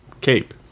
cape